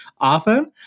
often